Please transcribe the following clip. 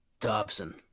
Dobson